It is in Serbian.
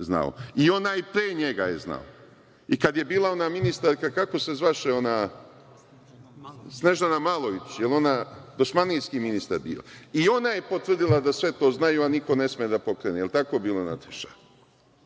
znao i onaj pre njega je znao i kada je bila ona ministarka, kako se zvaše, Snežana Malović, dosmanlijski ministar, i ona je potvrdila da sve to zna, ali niko ne sme da pokrene, jel tako bilo Nataša?